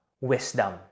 wisdom